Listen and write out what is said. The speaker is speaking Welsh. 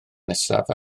nesaf